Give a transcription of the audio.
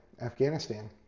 Afghanistan